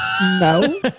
no